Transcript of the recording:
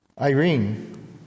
Irene